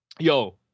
yo